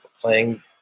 playing